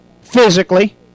physically